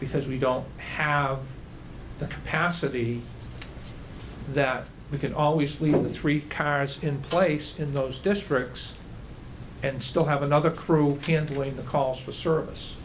because we don't have the capacity that we can always leave the three cars in place in those districts and still have another crew can delay the call for service